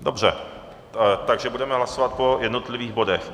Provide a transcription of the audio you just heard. Dobře, takže budeme hlasovat po jednotlivých bodech.